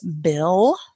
Bill